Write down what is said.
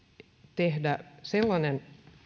että tehtäisiin sellainen